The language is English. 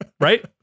right